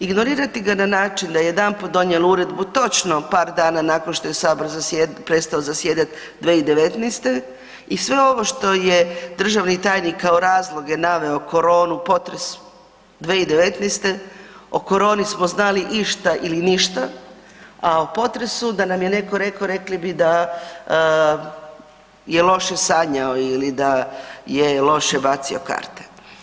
Ignorirati ga na način da jedanput donijeti uredbu točno par dana nakon što je Sabor prestao zasjedat 2019. i sve ovo što je državni tajnik kao razloge naveo, koronu, potres, 2019. o koroni smo znali išta ili ništa, a o potresu da nam je netko rekao, rekli bi da je loše sanjao ili da je loše bacio karte.